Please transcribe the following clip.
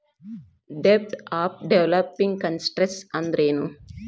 ಡೆಬ್ಟ್ of developing countries ಅಂದ್ರೇನು?